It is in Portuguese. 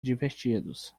divertidos